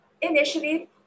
initially